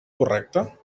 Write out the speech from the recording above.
correcta